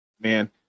Man